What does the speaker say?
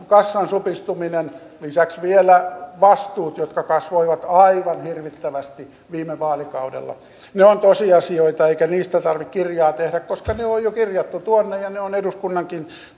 kassan supistuminen lisäksi vielä vastuut jotka kasvoivat aivan hirvittävästi viime vaalikaudella ne ovat tosiasioita eikä niistä tarvitse kirjaa tehdä koska ne on jo kirjattu tuonne ja ne ovat eduskunnan